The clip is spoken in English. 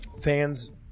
fans